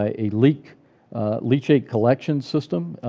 ah a leak leachate collection system,